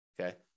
okay